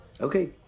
Okay